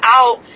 out